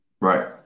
Right